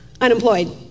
unemployed